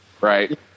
right